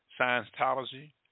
Scientology